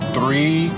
Three